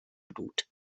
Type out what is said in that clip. blut